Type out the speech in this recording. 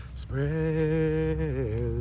spread